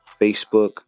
Facebook